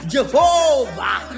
Jehovah